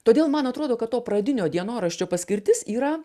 todėl man atrodo kad to pradinio dienoraščio paskirtis yra